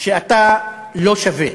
שאתה לא שווה.